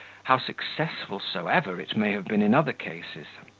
how successful soever it may have been in other cases.